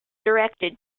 directed